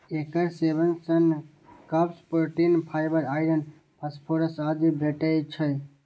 एकर सेवन सं carbs, protein, fibre, iron, phosphorus आदि भेटै छै